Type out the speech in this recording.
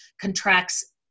contracts